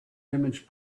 image